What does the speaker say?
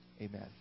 amen